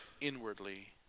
inwardly